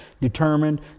determined